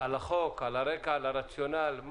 על החוק, על הרקע, על הרציונל.